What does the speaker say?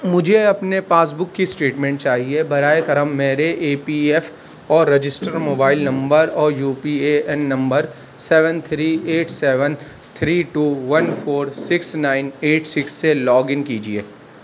مجھے اپنے passbook کی اسٹیٹمنٹ چاہئے براہ کرم میرے ای پی ایف اور رجسٹر موبائل نمبر اور U P A N number seven three eight seven three two one four six nine eight six سے لاگ ان کیجیے